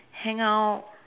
hang out